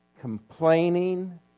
Complaining